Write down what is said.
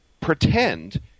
pretend